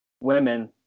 women